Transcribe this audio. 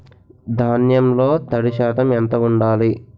ధాన్యంలో తడి శాతం ఎంత ఉండాలి?